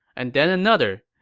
and then another.